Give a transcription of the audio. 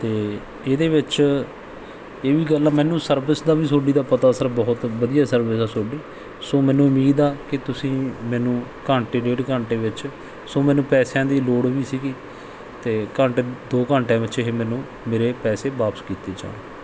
ਅਤੇ ਇਹਦੇ ਵਿੱਚ ਇਹ ਵੀ ਗੱਲ ਆ ਮੈਨੂੰ ਸਰਵਿਸ ਦਾ ਵੀ ਤੁਹਾਡੀ ਦਾ ਪਤਾ ਸਰ ਬਹੁਤ ਵਧੀਆ ਸਰਵਿਸ ਆ ਤੁਹਾਡੀ ਸੋ ਮੈਨੂੰ ਉਮੀਦ ਆ ਕਿ ਤੁਸੀਂ ਮੈਨੂੰ ਘੰਟੇ ਡੇਢ ਘੰਟੇ ਵਿੱਚ ਸੋ ਮੈਨੂੰ ਪੈਸਿਆਂ ਦੀ ਲੋੜ ਵੀ ਸੀਗੀ ਅਤੇ ਘੰਟੇ ਦੋ ਘੰਟਿਆਂ ਵਿੱਚ ਇਹ ਮੈਨੂੰ ਮੇਰੇ ਪੈਸੇ ਵਾਪਸ ਕੀਤੇ ਜਾਣ